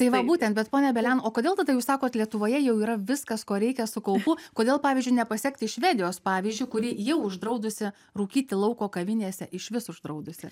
tai va būtent bet pone belian o kodėl tada jūs sakot lietuvoje jau yra viskas ko reikia su kaupu kodėl pavyzdžiui nepasiekti švedijos pavyzdžiu kuri jau uždraudusi rūkyti lauko kavinėse išvis uždraudusi